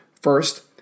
First